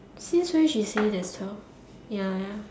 since when she say there's twelve ya ya